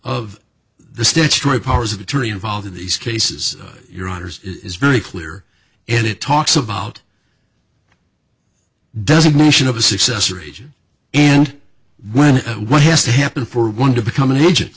of the statutory powers of attorney involved in these cases your honour's is very clear and it talks about designation of a successor agent and when what has to happen for one to become an agent